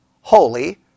holy